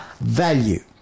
value